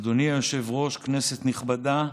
אדוני היושב-ראש, כנסת נכבדה,